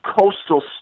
coastal